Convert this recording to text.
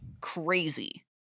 Crazy